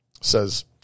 says